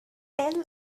tale